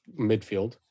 midfield